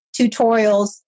tutorials